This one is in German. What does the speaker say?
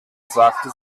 sagte